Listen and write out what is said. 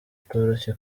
utoroshye